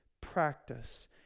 practice